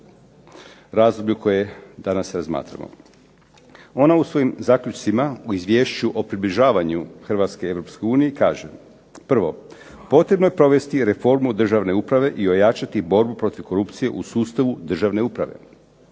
razdoblju koje danas razmatramo. Ona u svojim zaključcima, u izvješću o približavanju Hrvatske Europskoj uniji kaže. Prvo, potrebno je provesti reformu državne uprave i ojačati borbu protiv korupcije u sustavu državne uprave.